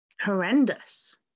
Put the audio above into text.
horrendous